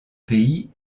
pays